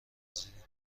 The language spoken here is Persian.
پذیریم